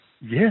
Yes